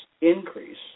increase